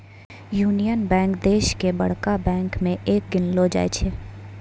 union bank देश के बड़का बैंक मे एक गिनलो जाय छै